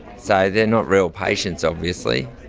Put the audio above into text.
so they're not real patients obviously.